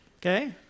okay